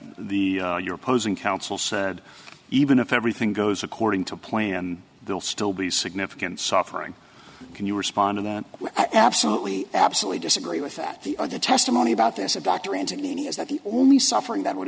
the your opposing counsel said even if everything goes according to plan will still be significant suffering can you respond to that absolutely absolutely disagree with that the other testimony about this of dr anthony is that the only suffering that would